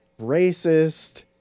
racist